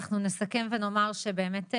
אנחנו נסכם ונאמר שבאמת,